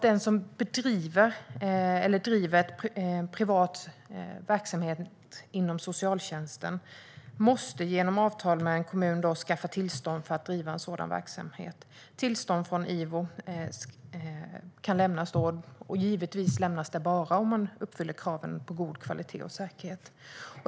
Den som bedriver verksamhet inom socialtjänsten måste genom avtal med en kommun ha tillstånd för att driva en sådan verksamhet. Tillstånd från IVO lämnas bara om man uppfyller kraven på god kvalitet och säkerhet.